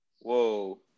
whoa